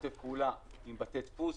לשתף פעולה עם בתי דפוס,